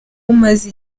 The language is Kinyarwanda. umaze